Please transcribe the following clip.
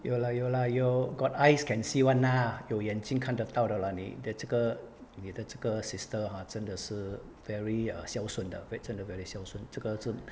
有啦有啦 you got eyes can see [one] lah 有眼睛看得到的啦妳的这个 sister ah 真的是 very err 孝顺的非常的 very 孝顺这个